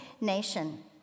nation